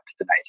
tonight